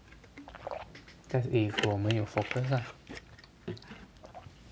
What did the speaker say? that's if